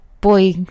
boy